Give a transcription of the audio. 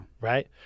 Right